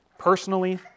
personally